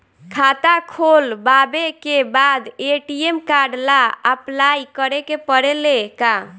खाता खोलबाबे के बाद ए.टी.एम कार्ड ला अपलाई करे के पड़ेले का?